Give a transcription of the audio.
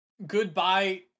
goodbye